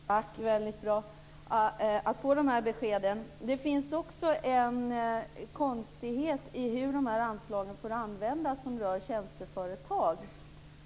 Herr talman! Det var väldigt bra att få de här beskeden. Det finns också en konstighet i hur de här anslagen får användas som rör tjänsteföretag.